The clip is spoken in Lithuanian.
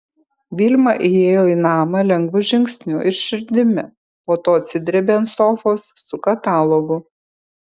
vilma įėjo į namą lengvu žingsniu ir širdimi po to atsidrėbė ant sofos su katalogu